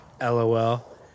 lol